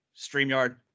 StreamYard